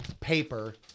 paper